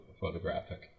photographic